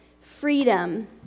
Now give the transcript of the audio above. freedom